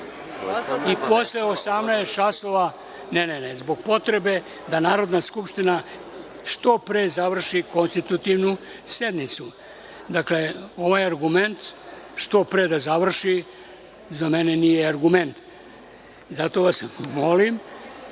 18.00 časova, zbog potrebe da Narodna skupština što pre završi konstitutivnu sednicu. Dakle, ovaj argument – što pre da završi, za mene nije argument. Zato vas molim,